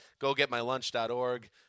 gogetmylunch.org